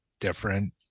different